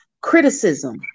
criticism